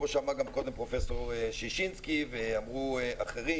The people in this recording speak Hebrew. כמו שאמר גם קודם פרופ' ששינסקי ואמרו אחרים